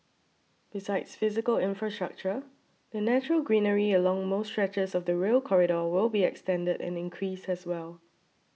besides physical infrastructure the natural greenery along most stretches of the Rail Corridor will be extended and increased as well